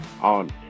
on